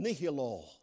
nihilo